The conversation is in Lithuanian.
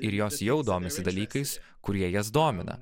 ir jos jau domisi dalykais kurie jas domina